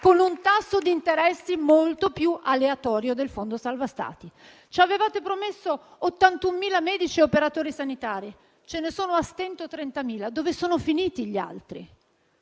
con un tasso di interessi molto più aleatorio del fondo salva Stati. Ci avevate promesso 81.000 medici e operatori sanitari, ma ce ne sono a stento 30.000. Dove sono finiti gli altri?